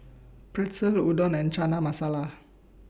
Pretzel Udon and Chana Masala